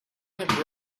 have